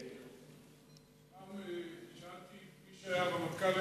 פעם שאלתי את מי שהיה הרמטכ"ל,